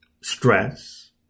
Stress